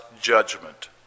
judgment